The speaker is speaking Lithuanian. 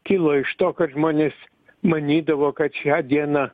kilo iš to kad žmonės manydavo kad šią dieną